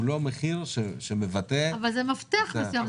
לא מחיר שמבטא --- אבל זה מפתח מסוים.